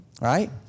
Right